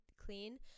clean